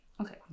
Okay